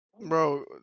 Bro